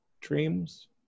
dreams